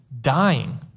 dying